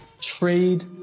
trade